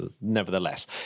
nevertheless